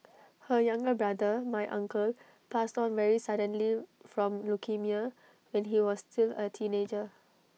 her younger brother my uncle passed on very suddenly from leukaemia when he was still A teenager